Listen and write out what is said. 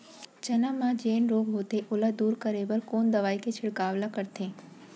चना म जेन रोग होथे ओला दूर करे बर कोन दवई के छिड़काव ल करथे?